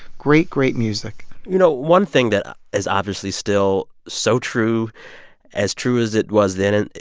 great, great music you know, one thing that is obviously still so true as true as it was then,